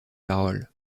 paroles